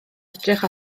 edrych